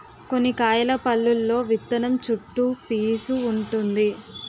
కొన్ని కాయల పల్లులో విత్తనం చుట్టూ పీసూ వుంటుంది